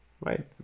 right